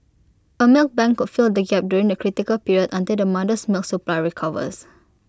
A milk bank could fill the gap during the critical period until the mother's milk supply recovers